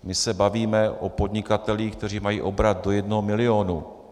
My se bavíme o podnikatelích, kteří mají obrat do jednoho milionu.